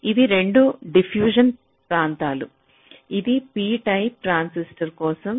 ఇవి 2 డిఫ్యూజన్ ప్రాంతాలు ఇది p టైప్ ట్రాన్సిస్టర్ కోసం